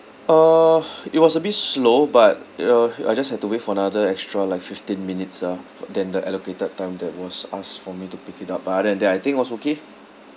uh it was a bit slow but you know I just had to wait for another extra like fifteen minutes ah f~ than the allocated time that was asked for me to pick it up but other than that I think it was okay